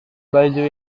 baju